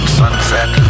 sunset